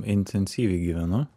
intensyviai gyvenu